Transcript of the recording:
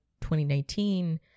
2019